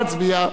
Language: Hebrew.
נא להצביע.